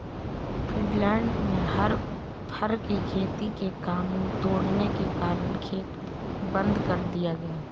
Finland में fur की खेती के कानून तोड़ने के कारण खेत बंद कर दिया गया